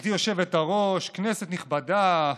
גברתי היושבת-ראש, כנסת נכבדה,